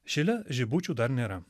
šile žibučių dar nėra